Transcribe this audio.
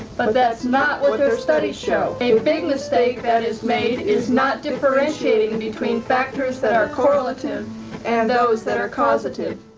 but that's not what what their studies show, a big mistake that is made is not differentiating between factors that are correlative and those that are causative.